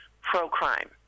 pro-crime